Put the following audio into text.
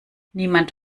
niemand